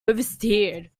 oversteered